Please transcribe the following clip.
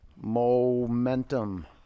Momentum